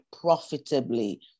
profitably